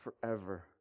forever